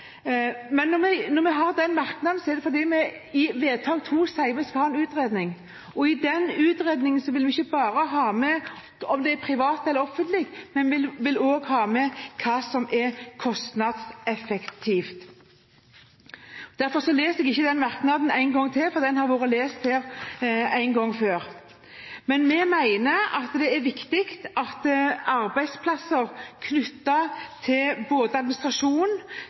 men vi vil også ha med hva som er kostnadseffektivt. Jeg leser ikke den merknaden en gang til, for den har vært lest her en gang før. Vi mener at det er viktig at arbeidsplasser knyttet til